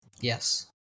yes